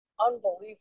Unbelievable